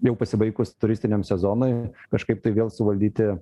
jau pasibaigus turistiniam sezonui kažkaip tai vėl suvaldyti